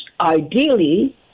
ideally